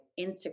Instagram